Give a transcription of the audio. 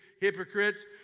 hypocrites